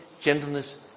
gentleness